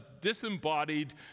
disembodied